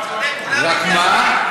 רק מה?